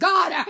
God